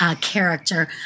character